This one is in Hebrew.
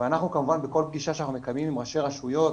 ואנחנו כמובן בכל פגישה שאנחנו מקיימים עם ראשי הרשויות,